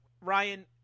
Ryan